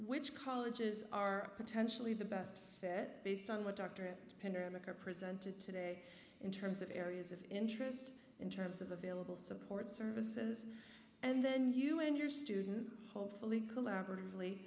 which colleges are potentially the best fit based on what doctorate and amaka presented today in terms of areas of interest in terms of available support services and then you and your student hopefully collaborative